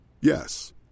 Yes